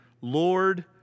Lord